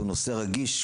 הוא נושא רגיש,